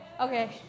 Okay